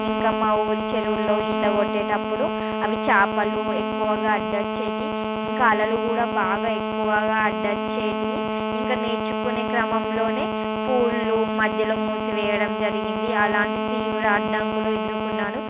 ఇంకఅ మా ఊరి చెరువులో ఈత కొట్టేటప్పుడు అవి చేపలు ఎక్కువగా అడ్డు వచ్చేవి ఇంకా అలలు కూడా బాగా ఎక్కువగా అడ్డు వచ్చేవి ఇంకా నేర్చుకునే క్రమంలో పూల్లు మధ్యలో మూసి వేయడం జరిగింది అలాంటి తీవ్ర అడ్డంకులు ఎదుర్కొన్నాను